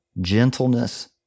gentleness